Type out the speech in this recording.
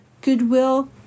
goodwill